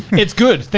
it's good.